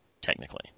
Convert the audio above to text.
technically